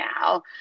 now